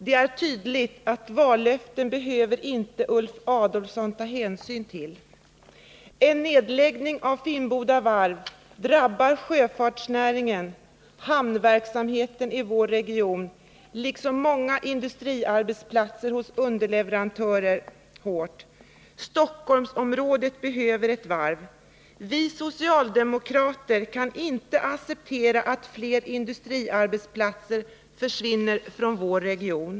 Det är tydligt att vallöften behöver inte Ulf Adelsohn ta hänsyn till. En nedläggning av Finnboda Varf skulle drabba sjöfartsnäringen, hamnverksamheten i vår region, liksom många industriarbetsplatser hos underleverantörer. Stockholmsområdet behöver ett varv. Vi socialdemokrater kan inte acceptera att fler industriarbetsplatser försvinner från vår region.